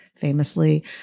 famously